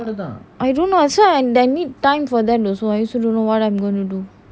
I don't know that's why I need time for that also so I also don't know what I'm going to do